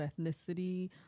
ethnicity